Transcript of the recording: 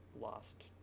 Lost